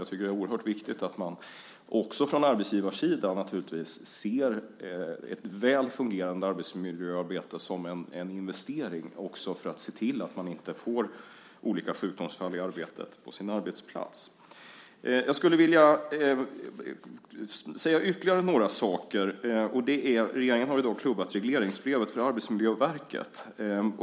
Jag tycker att det är oerhört viktigt att man också från arbetsgivarsidan, naturligtvis, ser ett väl fungerande arbetsmiljöarbete som en investering för att se till att man inte får olika sjukdomsfall i arbetet på sin arbetsplats. Jag skulle vilja säga ytterligare några saker. Regeringen har ju då klubbat regleringsbrevet för Arbetsmiljöverket.